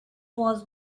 was